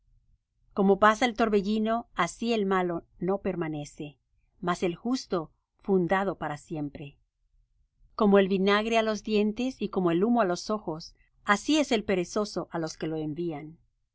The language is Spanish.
como pasa el torbellino así el malo no permanece mas el justo fundado para siempre como el vinagre á los dientes y como el humo á los ojos así es el perezoso á los que lo envían